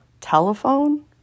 telephone